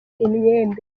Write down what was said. imyembe